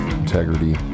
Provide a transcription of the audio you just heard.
integrity